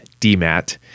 DMAT